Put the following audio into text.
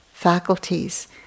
faculties